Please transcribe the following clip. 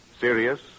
serious